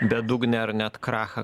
bedugnę ar net krachą